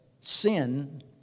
sin